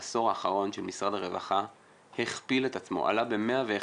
בעשור האחרון בסיס התקציב של משרד הרווחה הכפיל את עצמו ועלה ב-111%,